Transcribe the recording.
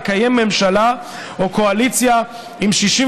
לקיים ממשלה או קואליציה עם 61